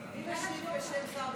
מי משיב בשם שר הביטחון?